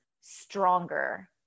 stronger